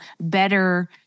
better